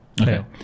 Okay